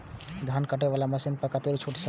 धान कटे वाला मशीन पर कतेक छूट होते?